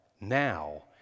now